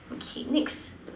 okay next